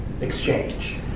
exchange